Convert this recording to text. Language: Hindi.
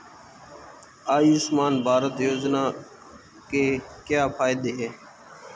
आयुष्मान भारत योजना के क्या फायदे हैं?